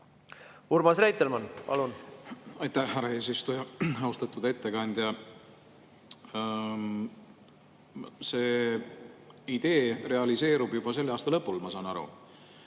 Urmas Reitelmann, palun! Aitäh, härra eesistuja! Austatud ettekandja! See idee realiseerub juba selle aasta lõpul, ma saan aru.